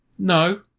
no